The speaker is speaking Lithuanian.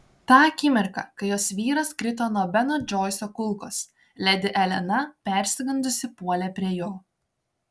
tą akimirką kai jos vyras krito nuo beno džoiso kulkos ledi elena persigandusi puolė prie jo